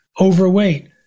overweight